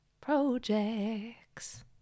projects